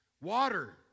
Water